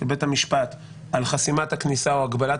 של בית המשפט על חסימת הכניסה או הגבלת